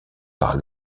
par